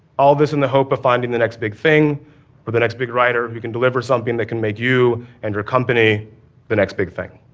all this in the hope of finding the next big thing or the next big writer who can deliver something that can make you and your company the next thing.